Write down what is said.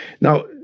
Now